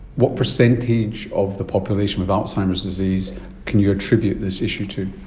what percentage of the population with alzheimer's disease can you attribute this issue to,